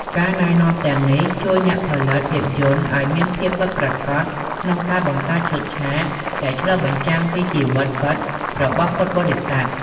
ការណែនាំទាំងនេះជួយអ្នកផលិតភាពយន្តឲ្យមានភាពពិតប្រាកដក្នុងការបង្កើតឈុតឆាក ដែលឆ្លុះបញ្ចាំងពីជីវិតពិតរបស់ពុទ្ធបរិស័ទ។